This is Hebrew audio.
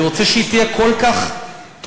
אני רוצה שהיא תהיה כל כך טובה,